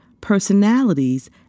personalities